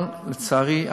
אבל לצערי,